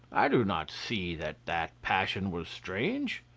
i do not see that that passion was strange.